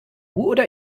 oder